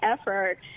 effort